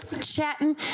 chatting